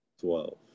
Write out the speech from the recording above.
Twelve